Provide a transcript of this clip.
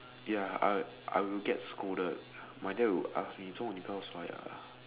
ya I I will get scolded my dad will ask me 做么你不要刷牙